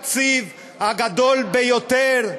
נמנעו: נמנעה מי שנתנה לנו את התקציב הגדול ביותר,